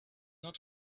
not